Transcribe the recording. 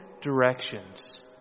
directions